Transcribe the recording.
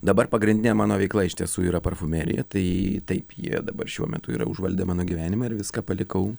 dabar pagrindinė mano veikla iš tiesų yra parfumerija tai taip jie dabar šiuo metu yra užvaldę mano gyvenimą ir viską palikau